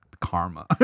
karma